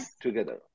together